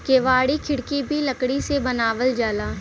केवाड़ी खिड़की भी लकड़ी से बनावल जाला